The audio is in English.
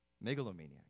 megalomaniac